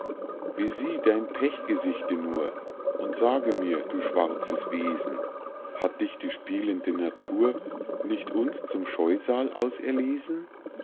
besieh dein pechgesichte nur und sage mir du schwarzes wesen hat dich die spielende natur nicht uns zum scheusal auserlesen